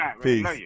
peace